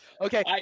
Okay